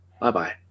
Bye-bye